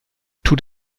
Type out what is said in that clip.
tut